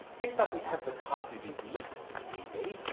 next up we have the carte de visite or cdv,